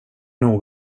nog